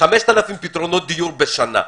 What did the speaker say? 5,000 פתרונות דיור בשנה.